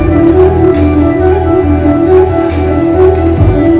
ಮನಿ market ನಲ್ಲಿ ಹೊಡಿಕೆ ಮಾಡುವುದು ಅತ್ಯಂತ ಸುರಕ್ಷಿತ ಹೂಡಿಕೆ ಆಗಿದೆ